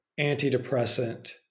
antidepressant